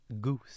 Goose